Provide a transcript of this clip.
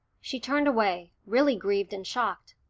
she turned away, really grieved and shocked.